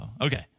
Okay